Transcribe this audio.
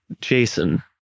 Jason